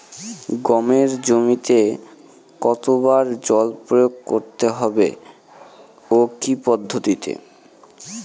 গমের জমিতে কতো বার জল প্রয়োগ করতে হবে ও কি পদ্ধতিতে?